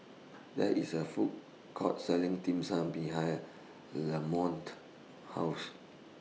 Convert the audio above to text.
There IS A Food Court Selling Dim Sum behind Lamonte's House